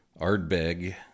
Ardbeg